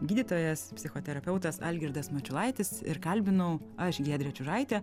gydytojas psichoterapeutas algirdas mačiulaitis ir kalbinau aš giedrė čiužaitė